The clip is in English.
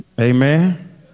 Amen